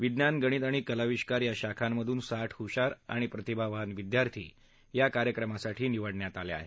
विज्ञान गणित आणि कलाविष्कार या शाखांमधून साठ हुशार आणि प्रतिभावान विद्यार्थी या कार्यक्रमासाठी निवडले आहेत